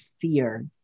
fear